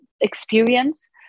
experience